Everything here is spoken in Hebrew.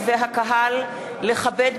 להירצחו.